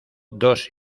dos